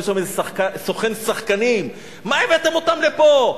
יש שם איזה סוכן שחקנים, מה הבאתם אותם לפה?